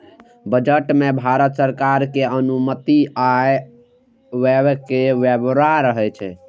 budget मे भारत सरकार के अनुमानित आय आ व्यय के ब्यौरा रहै छै